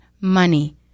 money